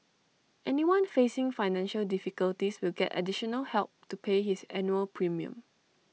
anyone facing financial difficulties will get additional help to pay his annual premium